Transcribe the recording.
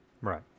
Right